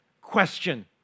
Question